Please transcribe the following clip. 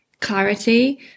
clarity